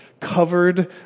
covered